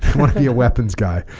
want to be a weapons guy